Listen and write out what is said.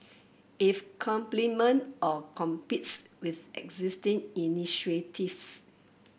if complement or competes with existing initiatives